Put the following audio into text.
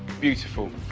beautiful!